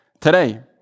today